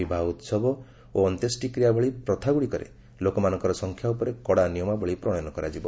ବିବାହ ଉସବ ଓ ଅନ୍ତ୍ୟେଷ୍ଟିକ୍ୟା ଭଳି ପ୍ରଥାଗ୍ରଡ଼ିକରେ ଲୋକମାନଙ୍କର ସଂଖ୍ୟା ଉପରେ କଡ଼ା ନିୟମାବଳୀ ପ୍ରଣୟନ କରାଯିବ